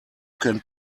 can